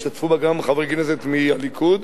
השתתפו בה גם חברי כנסת מהליכוד,